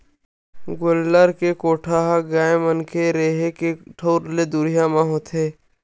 गोल्लर के कोठा ह गाय मन के रेहे के ठउर ले दुरिया म होथे